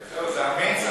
זה אמין?